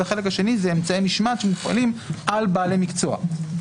החלק השני זה אמצעי משמעת שמופעלים על בעלי מקצוע,